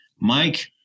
Mike